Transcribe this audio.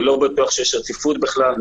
אני לא בטוח שיש רציפות בכלל,